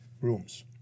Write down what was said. rooms